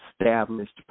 established